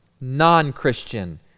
non-Christian